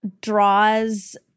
draws